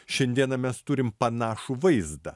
šiandieną mes turim panašų vaizdą